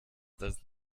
dass